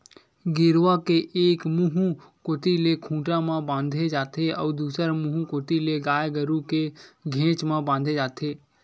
गेरवा के एक मुहूँ कोती ले खूंटा म बांधे जाथे अउ दूसर मुहूँ कोती ले गाय गरु के घेंच म बांधे जाथे